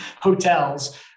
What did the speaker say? hotels